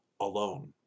alone